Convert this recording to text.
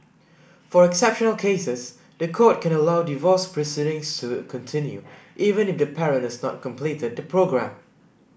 for exceptional cases the court can allow divorce proceedings to continue even if the parent has not completed the programme